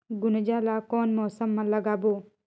गुनजा ला कोन मौसम मा लगाबो?